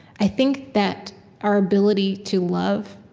i think that our ability to love,